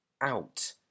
out